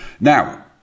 Now